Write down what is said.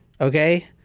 Okay